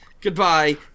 Goodbye